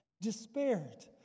despaired